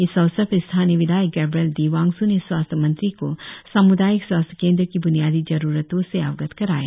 इस अवसर पर स्थानीय विधायक गैब्रियल डीवांग्सू ने स्वास्थ्य मंत्री को सामुदायिक स्वास्थ्य केंद्र की ब्नियादी जरुरतों से अवगत कराया